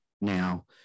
now